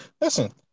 listen